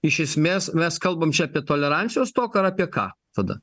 iš esmės mes kalbam čia apie tolerancijos stoką apie ką tada